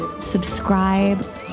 subscribe